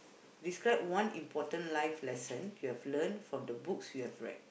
describe one important life lesson you've learnt from the books that you have read